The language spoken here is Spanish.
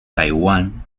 taiwán